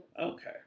okay